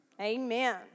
Amen